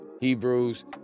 Hebrews